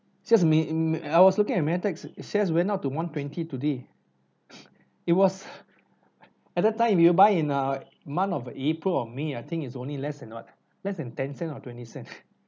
since may in uh I was looking at Maytags shares it went up to one twenty today it was at that time if you buy in a month of april or may I think it's only less than what less than ten cent or twenty cents